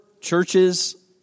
churches